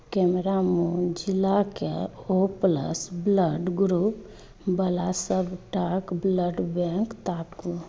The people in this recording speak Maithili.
कैमरामू जिलाके ओ प्लस ब्लड ग्रुप बला सबटा ब्लड बैंक ताकू